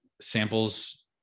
samples